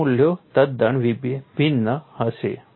ત્યાં મૂલ્યો તદ્દન ભિન્ન હશે